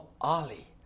Ali